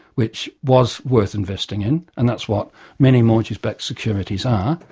which was worth investing in, and that's what many mortgage-backed securities are,